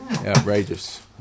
outrageous